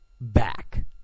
back